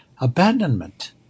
abandonment